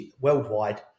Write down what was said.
worldwide